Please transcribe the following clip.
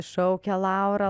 šaukė laura